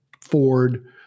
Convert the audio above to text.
Ford